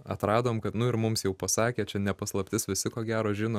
atradom kad nu ir mums jau pasakė čia ne paslaptis visi ko gero žino